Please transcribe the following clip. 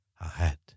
ahead